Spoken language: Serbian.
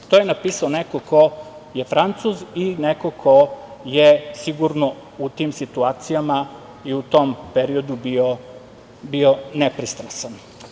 To je napisao neko ko je Francuz i neko ko je sigurno u tim situacijama i u tom periodu bio nepristrasan.